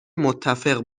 متفق